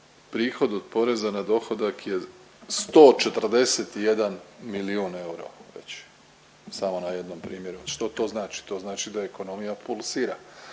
prihod od poreza na dohodak je 141 milijun eura veći, samo na jednom primjeru. Što to znači? To znači da ekonomija pulsira,